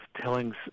telling